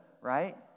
Right